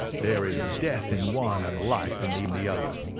there is death in one and life in in the other.